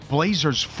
Blazers